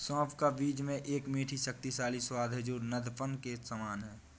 सौंफ का बीज में एक मीठा, शक्तिशाली स्वाद है जो नद्यपान के समान है